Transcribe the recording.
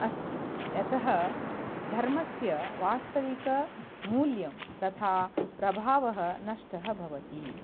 अस्ति यतः धर्मस्य वास्तविकमूल्यं तथा प्रभावः नष्टः भवति